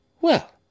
Well